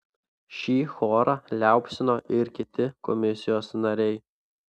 šį chorą liaupsino ir kiti komisijos nariai